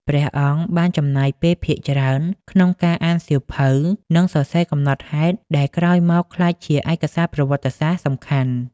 ព្រះអង្គបានចំណាយពេលភាគច្រើនក្នុងការអានសៀវភៅ និងសរសេរកំណត់ហេតុដែលក្រោយមកក្លាយជាឯកសារប្រវត្តិសាស្ត្រសំខាន់។